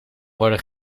worden